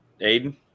aiden